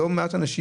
לא מעט אנשים,